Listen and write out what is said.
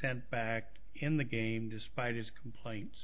sent back in the game despite his complaints